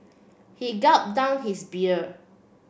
he gulp down his beer